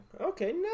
Okay